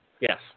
Yes